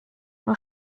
nur